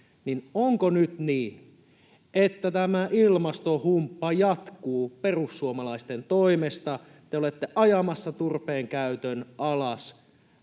Onko nyt niin, että tämä ilmastohumppa jatkuu perussuomalaisten toimesta? Te olette ajamassa turpeen käytön alas